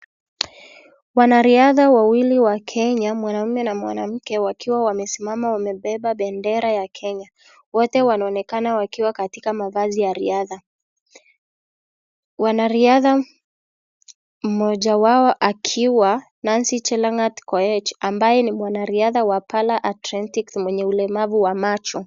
Wanariadha wawili wa Kenya, mwanaume na mwanamke, wakiwa wamesimama wamebeba pendera ya Kenya. Wote wanaonekana wakiwa katika mavazi ya riadha. Wanariadha, mmoja wao akiwa Mercy Chelangat Koech ,ambaye ni mwanariadha wa para athletics mwenye ulemavu wa macho.